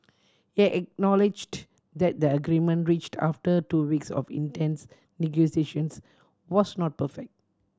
he acknowledged that the agreement reached after two weeks of intense negotiations was not perfect